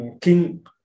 King